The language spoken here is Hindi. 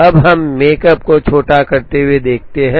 अब हम मेकप को छोटा करते हुए देखते हैं